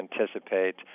anticipate